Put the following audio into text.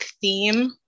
theme